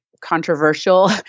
controversial